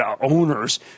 owners